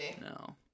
No